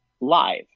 live